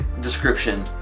description